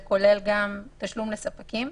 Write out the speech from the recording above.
זה כולל גם תשלום לספקים.